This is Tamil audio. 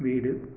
வீடு